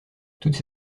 toutes